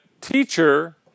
teacher